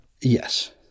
Yes